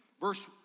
verse